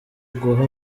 guha